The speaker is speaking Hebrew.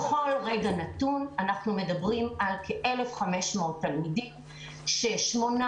בכל רגע נתון אנחנו מדברים על כ-1,500 תלמידים כש-800